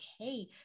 okay